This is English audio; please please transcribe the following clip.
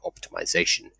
optimization